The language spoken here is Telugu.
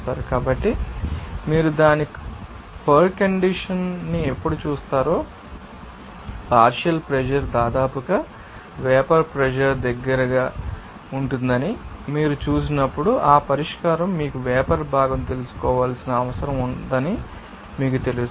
కాబట్టి మీరు దాని పరికండీషన్ ని ఎప్పుడు చూస్తారో పార్షియల్ ప్రెషర్ దాదాపుగా వేపర్ ప్రెషర్ దగ్గరగా ఉంటుందని మీరు చూసినప్పుడు ఆ పరిష్కారం మీకు వేపర్ భాగం తెలుసుకోవాల్సిన అవసరం ఉందని మీకు తెలుస్తుంది